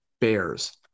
bears